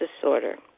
disorder